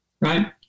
right